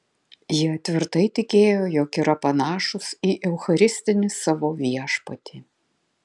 jie tvirtai tikėjo jog yra panašūs į eucharistinį savo viešpatį